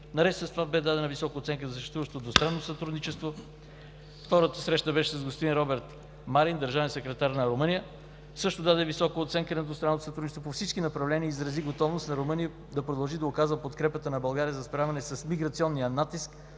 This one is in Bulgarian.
Наред с това бе дадена висока оценка за съществуващото двустранно сътрудничество. Втората среща беше с господин Роберт Марин, държавен секретар на Румъния, който също даде висока оценка на двустранното сътрудничество по всички направления и изрази готовността на Румъния да продължи да оказва подкрепа на България за справяне с миграционния натиск,